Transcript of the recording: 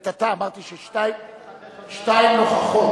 לעת עתה, אמרתי ששתיים נוכחות.